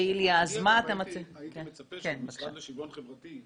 אני הייתי מצפה שהמשרד לשוויון חברתי,